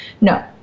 No